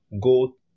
go